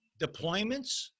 deployments